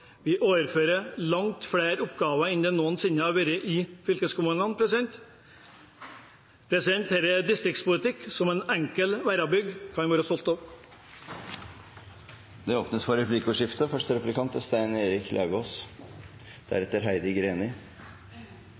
Vi overfører langt flere oppgaver enn det noensinne har vært i fylkeskommunene. Dette er distriktspolitikk en enkel verrabygg kan være stolt av. Det blir replikkordskifte. Der kom det noen forklaringer på hva som har foregått. Det er vi glade for.